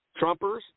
Trumpers